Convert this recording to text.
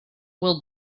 will